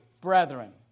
brethren